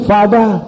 Father